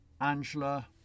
Angela